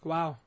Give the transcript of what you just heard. Wow